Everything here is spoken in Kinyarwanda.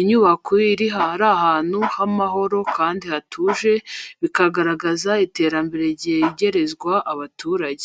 Inyubako iri ahantu h’amahoro kandi hatuje, bikagaragaza iterambere ryegerezwa abaturage.